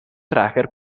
tracker